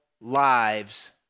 lives